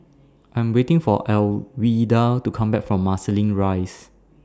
I'm waiting For Alwilda to Come Back from Marsiling Rise